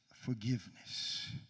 forgiveness